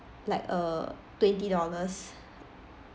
like uh twenty dollars